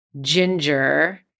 ginger